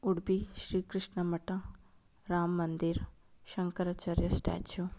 Udupi Srikrishna Matha Rama Mandir Shankaracharya statue